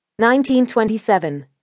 1927